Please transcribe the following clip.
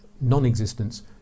non-existence